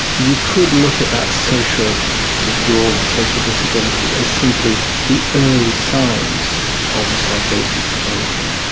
you could look at that social withdrawal, that social disability as simply the early signs of a psychosis developing.